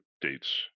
dates